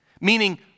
meaning